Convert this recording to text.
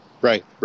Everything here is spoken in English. Right